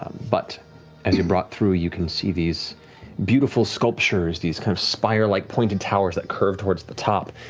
um but and you're brought through, you can see these beautiful sculptures, these kind of spire-like pointed towers that curve towards the top.